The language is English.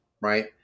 right